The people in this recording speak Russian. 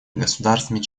государствами